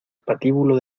patíbulo